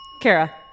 Kara